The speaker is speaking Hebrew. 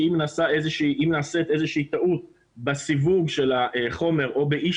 כי אם נעשית איזה שהיא טעות בסיווג של החומר או באי